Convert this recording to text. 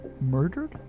murdered